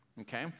okay